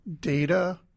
data